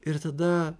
ir tada